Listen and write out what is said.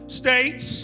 states